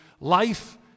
life